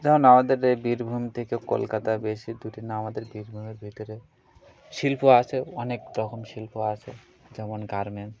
যেমন আমাদের এই বীরভূম থেকে কলকাতা বেশি দুর না আমাদের বীরভূমের ভেতরে শিল্প আসে অনেক রকম শিল্প আসে যেমন গারমেন্টস